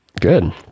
Good